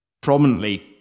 prominently